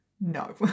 No